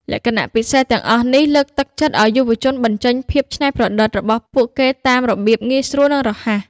លក្ខណៈពិសេសទាំងអស់នេះ លើកទឹកចិត្តឱ្យយុវជនបញ្ចេញភាពច្នៃប្រឌិត របស់ពួកគេតាមរបៀបងាយស្រួល និងរហ័ស។